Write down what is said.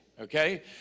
Okay